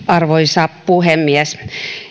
arvoisa puhemies